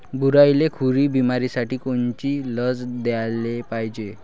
गुरांइले खुरी बिमारीसाठी कोनची लस द्याले पायजे?